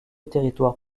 territoire